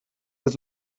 with